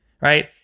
right